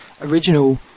original